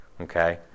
okay